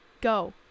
go